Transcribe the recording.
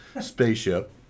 spaceship